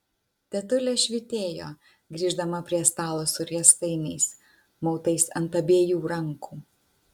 tetulė švytėjo grįždama prie stalo su riestainiais mautais ant abiejų rankų